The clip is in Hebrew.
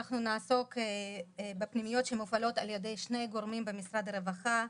אנחנו נעסוק בפנימיות שמופעלות על ידי שני גורמים במשרד הרווחה,